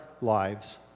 lives